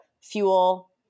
fuel